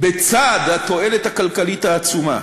בצד התועלת הכלכלית העצומה